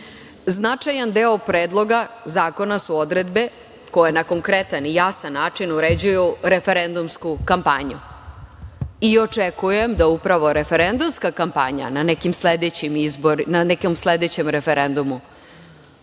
deo Predloga zakona su odredbe koje na konkretan i jasan način uređuju referendumsku kampanju. Očekujem da upravo referendumska kampanja na nekim sledećem referendumu